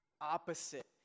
opposite